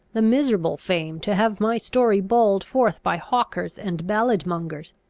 the miserable fame to have my story bawled forth by hawkers and ballad-mongers,